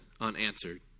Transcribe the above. unanswered